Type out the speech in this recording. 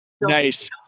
Nice